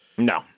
No